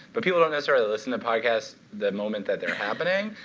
but people don't necessarily listen to podcasts the moment that they're happening.